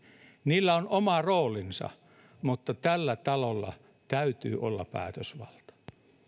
niillä on oma roolinsa mutta tällä talolla täytyy olla päätösvalta